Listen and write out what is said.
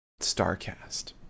StarCast